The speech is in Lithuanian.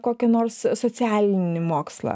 kokį nors socialinį mokslą